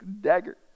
dagger